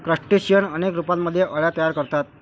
crustacean अनेक रूपांमध्ये अळ्या तयार करतात